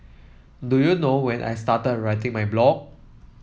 do you know when I started writing my blog